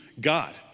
God